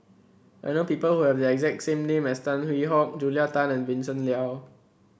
I know people who have the exact name as Tan Hwee Hock Julia Tan and Vincent Leow